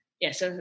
Yes